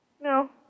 No